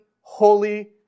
holy